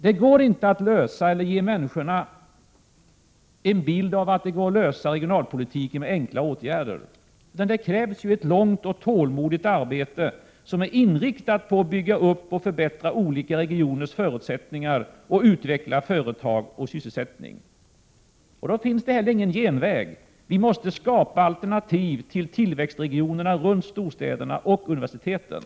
Det går inte att ge människor en bild av att det går att lösa regionalpolitiken med enkla åtgärder, utan det krävs ett långt och tålmodigt arbete som är inriktat på att bygga upp och förbättra olika regioners förutsättningar att utveckla företag och sysselsättning. Då finns det heller ingen genväg. Vi måste skapa alternativ till tillväxt i regionerna runt storstäderna och universiteten.